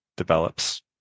develops